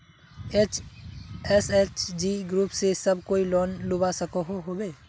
SHG group से सब कोई लोन लुबा सकोहो होबे?